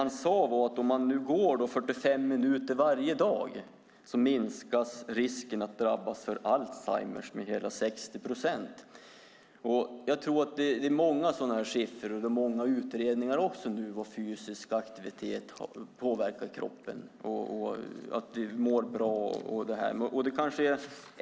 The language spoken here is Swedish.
Han sade att om man går 45 minuter varje dag minskar risken att drabbas av alzheimer med hela 60 procent. Det finns många sådana siffror och många utredningar om hur fysisk aktivitet påverkar kroppen så att vi mår bra.